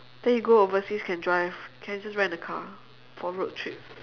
then you go overseas can drive can just rent a car for road trips